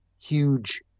huge